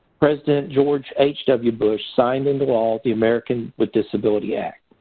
president george h w. bush signed into law the americans with disabilities act.